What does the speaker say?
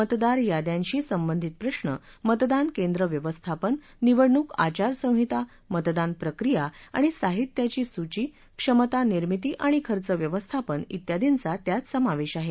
मतदार याद्यांशी संबंधित प्रश्न मतदान केंद्र व्यवस्थापन निवडणूक आचार संहिता मतदान प्रक्रिया आणि साहित्याची सूची क्षमता निर्मिती आणि खर्च व्यवस्थापन व्यादींचा त्यात समावेश आहे